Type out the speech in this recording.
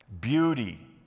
beauty